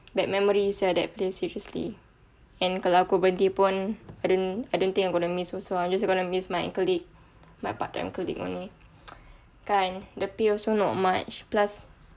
bad memories sia that place seriously and kalau aku berhenti pun I didn't I don't think I'm gonna miss also I'm just gonna miss my colleague my part time colleague only kan the pay also not much plus